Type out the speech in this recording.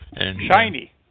Shiny